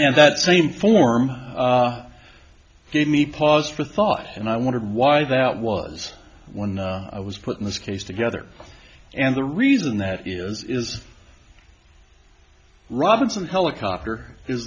and that same form gave me pause for thought and i wondered why that was when i was put in this case together and the reason that is is robinson helicopter